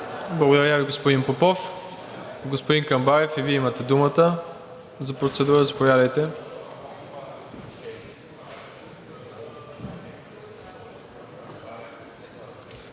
Благодаря Ви, господин Попов. Господин Камбарев, и Вие имате думата за процедура – заповядайте.